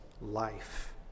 life